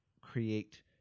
create